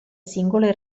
singole